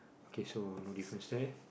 okay so no difference there